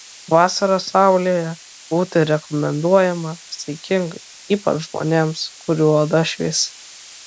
vasarą saulėje būti rekomenduojama saikingai ypač žmonėms kurių oda šviesi